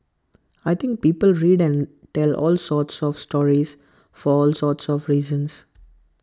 I think people read and tell all sorts of stories for all sorts of reasons